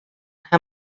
how